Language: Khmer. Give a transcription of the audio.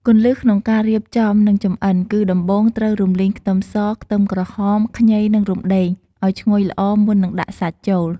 គន្លឹះក្នុងការរៀបចំ និងចម្អិនគឺ ដំបូងត្រូវរំលីងខ្ទឹមស ខ្ទឹមក្រហម ខ្ញី និងរុំដេង ឱ្យឈ្ងុយល្អមុននឹងដាក់សាច់ចូល។